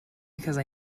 because